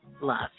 love